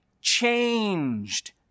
changed